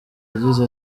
yagize